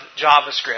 JavaScript